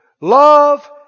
Love